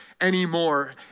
anymore